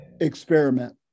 experiment